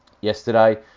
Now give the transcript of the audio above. yesterday